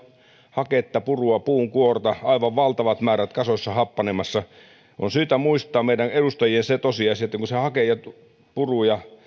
haketta purua puunkuorta aivan valtavat määrät kasoissa happanemassa meidän edustajien on syytä muistaa se tosiasia että kun se hake ja puru ja